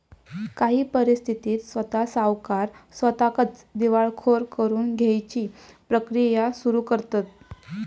काही परिस्थितीत स्वता सावकार स्वताकच दिवाळखोर करून घेउची प्रक्रिया सुरू करतंत